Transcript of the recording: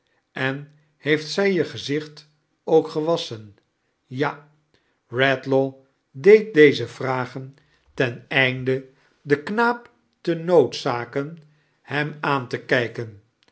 en heeft zij je gezicht ook gewasschen ja redlaw deed deze vragen ten einde chakles dickens den knaap te noodzaken hem aan te kijkbn